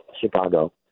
Chicago